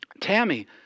Tammy